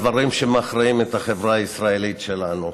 בדברים שמכריעים את החברה הישראלית שלנו.